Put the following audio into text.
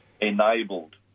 enabled